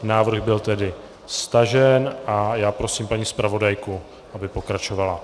Návrh byl stažen a já prosím paní zpravodajku, aby pokračovala.